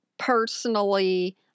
Personally